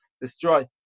Destroy